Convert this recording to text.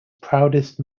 proudest